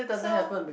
so